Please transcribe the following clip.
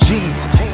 Jesus